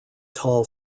tall